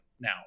now